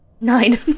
Nine